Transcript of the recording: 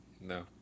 No